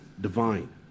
divine